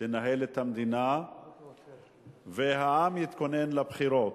תנהל את המדינה והעם יתכונן לבחירות.